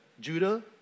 Judah